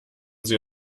sie